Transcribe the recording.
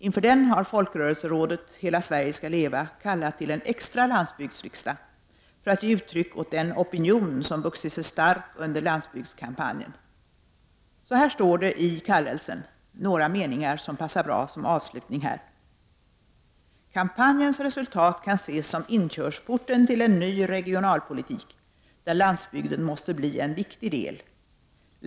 Inför den har folkrörelserådet ”Hela Sverige skall leva” kallat till en extra landsbygdsriksdag för att ge uttryck åt den opinion som vuxit sig stark under landsbygdskampanjen. Så här står det i kallelsen — några meningar som passar bra som avslutning nu: ”Kampanjens resultat kan ses som inkörsporten till en ny regionalpolitik, där landsbygden måste bli en viktig del.